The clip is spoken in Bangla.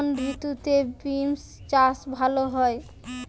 কোন ঋতুতে বিন্স চাষ ভালো হয়?